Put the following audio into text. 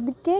ಅದಕ್ಕೆ